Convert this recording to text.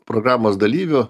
programos dalyvių